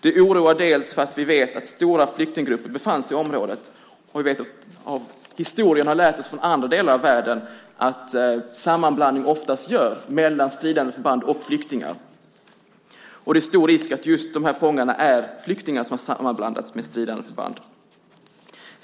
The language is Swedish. Det oroar därför att vi vet att stora flyktinggrupper befann sig i området och historien har lärt oss från andra delar av världen att sammanblandning ofta görs mellan stridande förband och flyktingar. Det är stor risk att just de här fångarna är flyktingar som har sammanblandats med stridande förband.